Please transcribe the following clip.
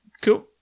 Cool